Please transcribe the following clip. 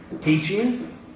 Teaching